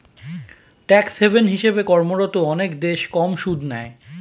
tax haven হিসেবে কর্মরত অনেক দেশ কম সুদ নেয়